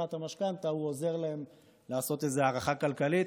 לקיחת המשכנתה עוזר להם לעשות הערכה כלכלית,